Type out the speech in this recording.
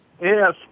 Yes